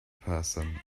person